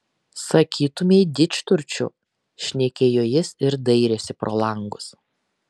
sakytumei didžturčių šnekėjo jis ir dairėsi pro langus